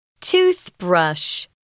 Toothbrush